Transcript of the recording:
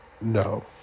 no